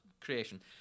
creation